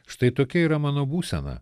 štai tokia yra mano būsena